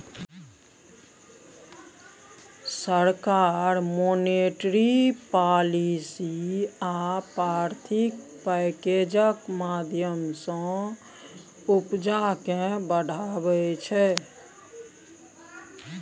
सरकार monetary policy आ आर्थिक पैकैजक माध्यमँ सँ उपजा केँ बढ़ाबै छै